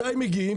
מתי מגיעים?